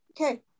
Okay